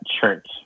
church